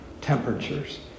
temperatures